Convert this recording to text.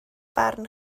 barn